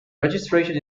registration